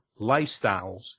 lifestyles